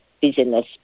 business